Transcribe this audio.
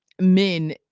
men